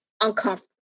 uncomfortable